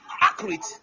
accurate